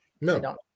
No